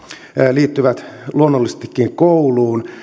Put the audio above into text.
liittyvät luonnollisestikin kouluun